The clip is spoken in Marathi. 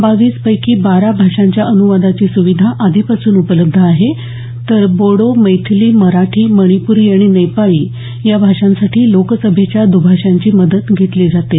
बावीस पैकी बारा भाषांच्या अनुवादाची सुविधा आधी पासून उपलब्ध आहे तर बोडो मैथिली मराठी मणिप्री आणि नेपाळी या भाषांसाठी लोकसभेच्या द्भाषांची मदत घेतली जाते